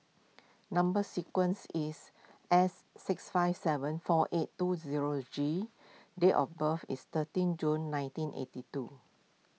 Number Sequence is S six five seven four eight two zero G date of birth is thirteen June nineteen eighty two